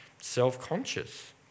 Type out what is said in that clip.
self-conscious